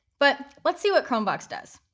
but let's see what chromevox does.